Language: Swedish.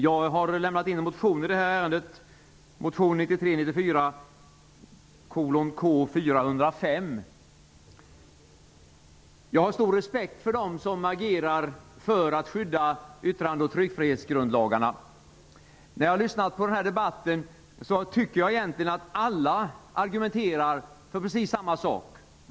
Jag har väckt en motion i den här frågan, motion 1993/94:K405. Jag har stor respekt för dem som agerar för att skydda yttrande och tryckfrihetsgrundlagarna. Efter att ha lyssnat på den här debatten tycker jag egentligen att alla argumenterar för precis samma sak.